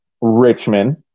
Richmond